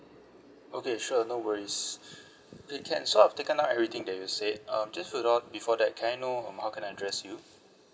okay sure no worries okay can so I've taken down everything that you said um just hold on before that can I know um how can I address you